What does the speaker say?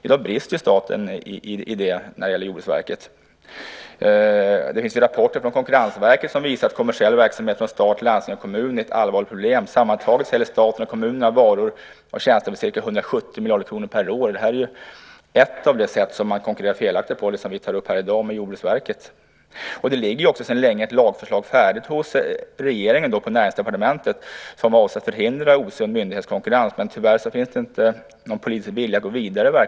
I dag brister det i det avseendet hos staten när det gäller Jordbruksverket. Det finns rapporter från Konkurrensverket som visar att kommersiell verksamhet från stat, landsting och kommun är ett allvarligt problem. Sammantaget säljer staten och kommunerna varor och tjänster för ca 170 miljoner kronor per år. Det vi i dag tar upp när det gäller Jordbruksverket är ett av de sätt som man konkurrerar felaktigt på. Det ligger sedan länge ett lagförslag färdigt hos regeringen, på Näringsdepartementet, som syftar till att förhindra osund myndighetskonkurrens. Tyvärr verkar det inte finnas någon politisk vilja att gå vidare.